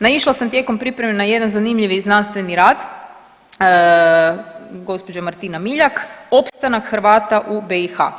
Naišla sam tijekom pripreme na jedan zanimljivi znanstveni rad gospođe Martina Miljak, opstanak Hrvata u BiH.